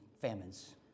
famines